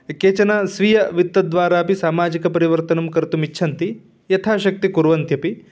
केचन स्वीयवित्तद्वारा अपि सामाजिकपरिवर्तनं कर्तुम् इच्छन्ति यथाशक्तिः कुर्वन्त्यपि